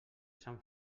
sant